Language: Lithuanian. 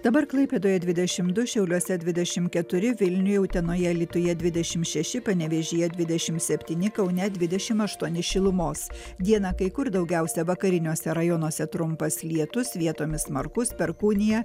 dabar klaipėdoje dvidešim du šiauliuose dvidešim keturi vilniuje utenoje alytuje dvidešim šeši panevėžyje dvidešim septyni kaune dvidešim aštuoni šilumos dieną kai kur daugiausia vakariniuose rajonuose trumpas lietus vietomis smarkus perkūnija